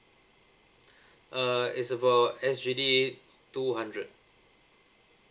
uh it's about S_G_D two hundred